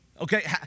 Okay